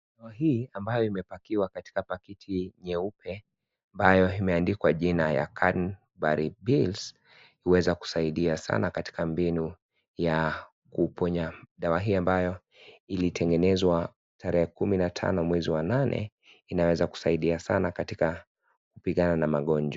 Dawa hii ambayo imepakiwa katika pakiti nyeupe ambayo imeandikwa jina ya cranberry pils inaweza kusaidia sana katika mbinu ya kuponya, dawa hii ambayo ilitengenezwa tarehe kumi na tano mwezi wa nane inaweza kusaidia sana katika kupigana na magonjwa.